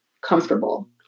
comfortable